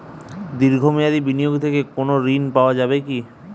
দীর্ঘ মেয়াদি বিনিয়োগ থেকে কোনো ঋন পাওয়া যাবে কী?